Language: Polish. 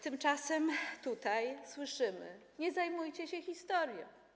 Tymczasem tutaj słyszymy: Nie zajmujcie się historią.